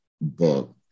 book